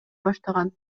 баштаган